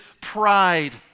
pride